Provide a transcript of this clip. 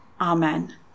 Amen